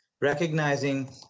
recognizing